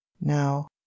now